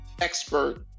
expert